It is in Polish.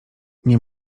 nie